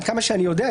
עד כמה שאני יודע,